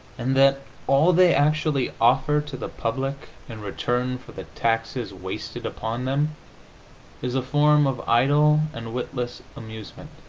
and that all they actually offer to the public in return for the taxes wasted upon them is a form of idle and witless amusement,